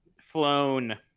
flown